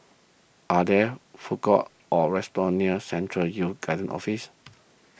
are there food courts or restaurants near Central Youth Guidance Office